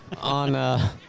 On –